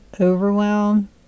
overwhelm